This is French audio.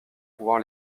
pouvoir